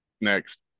Next